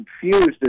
confused